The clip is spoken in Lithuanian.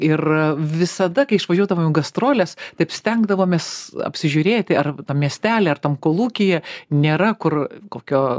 ir visada kai išvažiuodavo į gastroles taip stengdavomės apsižiūrėti ar miestely ar tam kolūkyje nėra kur kokio